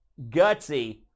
gutsy